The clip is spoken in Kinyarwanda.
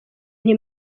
nti